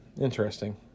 Interesting